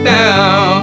down